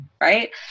right